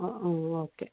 oh oh okay